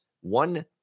one